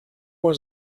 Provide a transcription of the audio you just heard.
was